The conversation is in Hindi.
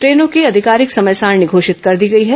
ट्रेनों ैकी आधिकारिक समय सारिणी घोषित कर दी गई है